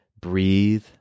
breathe